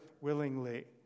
willingly